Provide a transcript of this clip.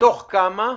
מתוך כמה?